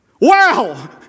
Wow